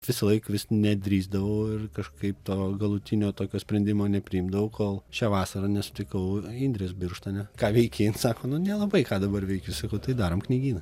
visąlaik vis nedrįsdavau ir kažkaip to galutinio tokio sprendimo nepriimdavau kol šią vasarą nesutikau indrės birštone ką veiki sako nu nelabai ką dabar veikiu sakau tai darom knygyną